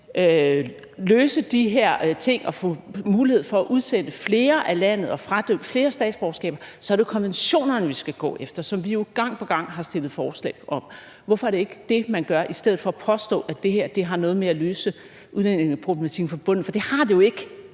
løse de her ting og få mulighed for at udsende flere af landet og fradømt flere statsborgerskaber, så er det jo konventionerne, man skal gå efter, hvilket vi jo gang på gang har stillet forslag om. Hvorfor er det ikke det, man gør, i stedet for at påstå, at det her har noget med at løse udlændingeproblematikken fra bunden at gøre? For det har det jo ikke,